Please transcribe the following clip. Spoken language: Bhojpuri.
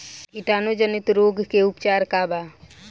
कीटाणु जनित रोग के का उपचार बा?